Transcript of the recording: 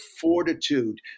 fortitude